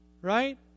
right